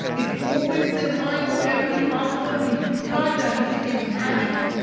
it opens their mind to every possibility. try that, you say imagine.